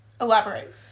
elaborate